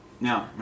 No